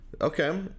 Okay